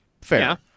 fair